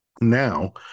Now